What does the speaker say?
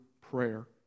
prayer